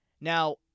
Now